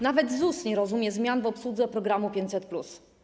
Nawet ZUS nie rozumie zmian w obsłudze programu 500+.